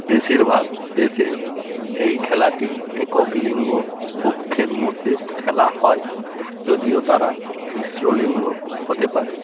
বেশিরভাগ দেশে এই খেলাটি একক লিঙ্গ পক্ষের মদ্যে খেলা হয় যদিও তারা মিশ্র লিঙ্গ হতে পারে